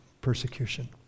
persecution